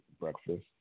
breakfast